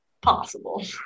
possible